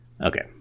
Okay